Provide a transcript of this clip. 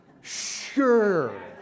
Sure